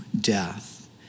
death